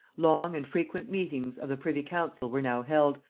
long and frequent meetings of the privy-council were now held,